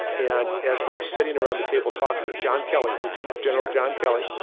and as we're sitting around the table talking, john kelly, lieutenant general john kelly,